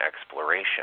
exploration